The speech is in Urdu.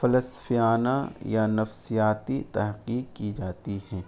فلسفیانہ یا نفسیاتی تحقیق کی جاتی ہیں